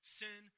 sin